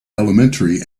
elementary